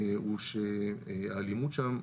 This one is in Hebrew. הוא שהאלימות שם,